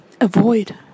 avoid